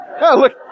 look